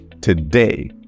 today